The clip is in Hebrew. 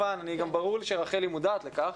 גם ברור לי שרחל אברמזון מודעת לכך.